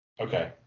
Okay